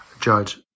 Judge